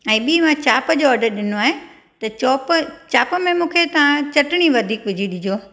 ऐं ॿी मां चाप जो ऑडर ॾिनो आहे त चॉप चाप में तव्हां चटिणी वधीक विझी ॾिजो